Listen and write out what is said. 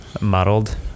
muddled